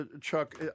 Chuck